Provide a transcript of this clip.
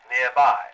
nearby